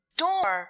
door